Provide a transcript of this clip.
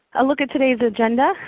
a look at today's agenda,